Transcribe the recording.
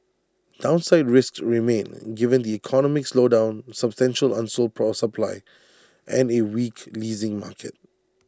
downside risks remain given the economic slowdown substantial unsold pro supply and A weak leasing market